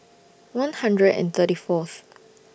one hundred and thirty Fourth